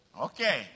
Okay